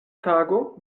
tago